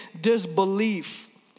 disbelief